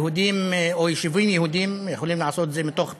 יהודים או יישובים יהודיים יכולים לעשות את זה מתוך בחירה,